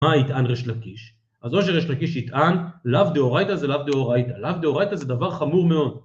מה יטען ריש לקיש, אז או שריש לקיש יטען לאו דאורייתא זה לאו דאורייתא, לאו דאורייתא זה דבר חמור מאוד